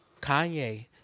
Kanye